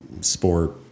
sport